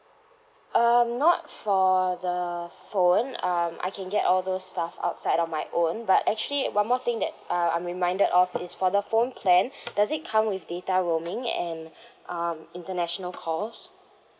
um not for the phone um I can get all those stuff outside on my own but actually one more thing that uh I'm reminded of is for the phone plan does it come with data roaming and um international calls